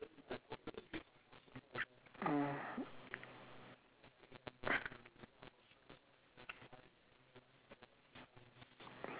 uh